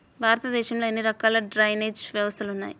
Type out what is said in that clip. భారతదేశంలో ఎన్ని రకాల డ్రైనేజ్ వ్యవస్థలు ఉన్నాయి?